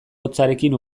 hotzarekin